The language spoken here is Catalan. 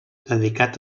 dedicat